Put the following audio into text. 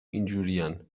اینجورین